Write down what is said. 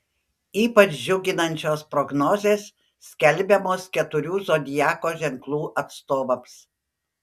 ypač džiuginančios prognozės skelbiamos keturių zodiako ženklų atstovams